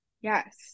Yes